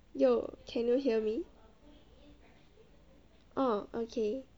you can you hear me oh okay